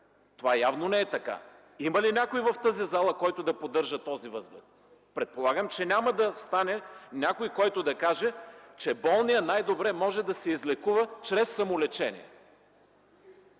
това явно не е така. Има ли някой в тази зала, който да поддържа този възглед?! Предполагам, че няма да стане някой, който да каже, че болният най-добре може да се излекува чрез самолечение.